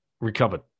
recovered